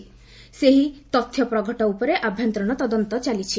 ସେ ସେହି ତଥ୍ୟ ପ୍ରଘଟ ଉପରେ ଆଭ୍ୟନ୍ତରୀଣ ତଦନ୍ତ ଚାଲିଛି